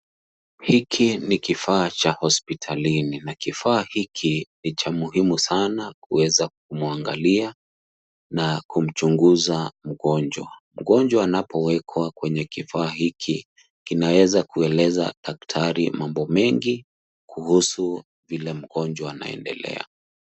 Hiki ni kifaa cha hospitalini na kifaa hiki ni cha muhimu sana kuweza kumwangalia na kumchunguza mgonjwa. Mgonjwa anapowekwa kwenye kifaa hiki kinaweza kueleza daktari mambo mengi kuhusu vile mgonjwa anaendelea.